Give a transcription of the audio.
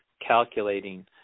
calculating